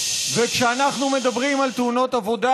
וכשאנחנו מדברים על תאונות עבודה,